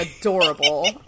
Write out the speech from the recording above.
adorable